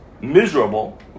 miserable